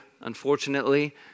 unfortunately